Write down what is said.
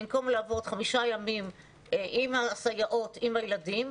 במקום לעבוד חמישה ימים עם הסייעות ועם הילדים,